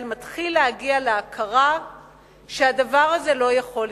מתחילים להגיע להכרה שהדבר הזה לא יכול להימשך.